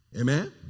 Amen